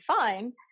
fine